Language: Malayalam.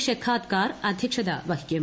ഷെഖാത്കാർ അധ്യക്ഷത വഹിക്കും